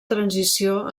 transició